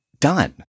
done